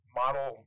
model